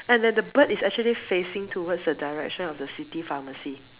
and like the bird is actually facing towards the direction of the city pharmacy